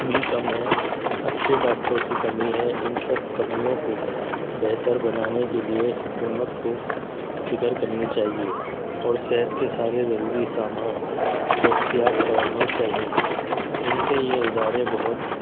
بھی کم ہے اچھے ڈاکٹروں کی کمی ہے ان سب کمیوں کو بہتر بنانے کے لیے حکومت کو فکر کرنی چاہیے اور صحت کے سارے ضروری سامان دستیاب کرانے چاہئیں ان سے یہ ادارے بہت